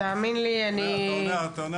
תאמין לי, אני --- זה לא קשור.